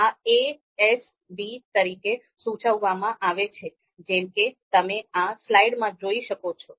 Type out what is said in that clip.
આ a S b તરીકે સૂચવવામાં આવે છે જેમ કે તમે આ સ્લાઇડમાં જોઈ શકો છો